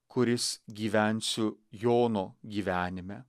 kuris gyvensiu jono gyvenime